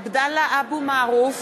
(קוראת בשמות חברי הכנסת) עבדאללה אבו מערוף,